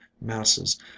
masses